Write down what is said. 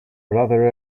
rather